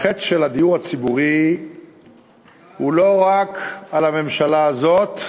החטא של הדיור הציבורי הוא לא רק על הממשלה הזאת,